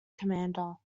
commander